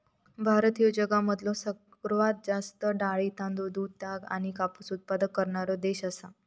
भारत ह्यो जगामधलो सर्वात मोठा डाळी, तांदूळ, दूध, ताग आणि कापूस उत्पादक करणारो देश आसा